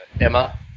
Emma